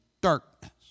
darkness